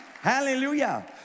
hallelujah